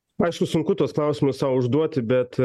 man šitus sunku tuos klausimus sau užduoti bet